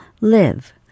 live